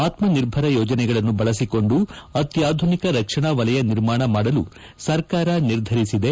ಆತ್ಮ ನಿರ್ಭರ ಯೋಜನೆಗಳನ್ನು ಬಳಸಿಕೊಂಡು ಅತ್ಯಾಧುನಿಕ ರಕ್ಷಣಾ ವಲಯ ನಿರ್ಮಾನ ಮಾಡಲು ಸರ್ಕಾರ ನಿರ್ಧರಿಸಿದೆ